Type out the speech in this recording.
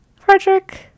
Frederick